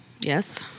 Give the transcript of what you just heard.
Yes